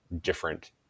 different